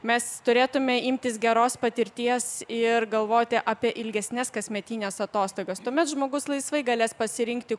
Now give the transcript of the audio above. mes turėtume imtis geros patirties ir galvoti apie ilgesnes kasmetines atostogas tuomet žmogus laisvai galės pasirinkti